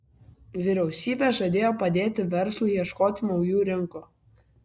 vyriausybė žadėjo padėti verslui ieškoti naujų rinkų